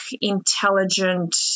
intelligent